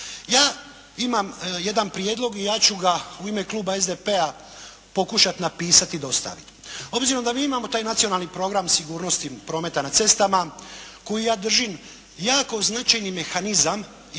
Ja imam jedan prijedlog i ja ću ga u ime kluba SDP-a pokušati napisati i dostaviti. Obzirom da mi imamo taj Nacionalni program sigurnosti prometa na cestama koji je ja držim jako značajni mehanizam